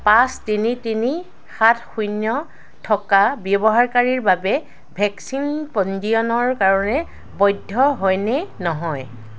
পাঁচ তিনি তিনি সাত শূন্য থকা ব্যৱহাৰকাৰীৰ বাবে ভেকচিন পঞ্জিয়নৰ কাৰণে বৈধ হয় নে নহয়